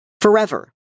forever